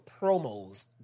promos